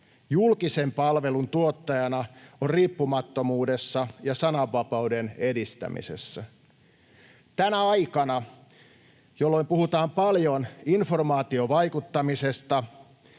julkisen palvelun tuottajana on riippumattomuudessa ja sananvapauden edistämisessä. Tänä aikana, jolloin puhutaan paljon informaatiovaikuttamisesta